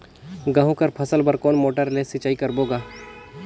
गहूं कर फसल बर कोन मोटर ले सिंचाई करबो गा?